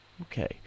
Okay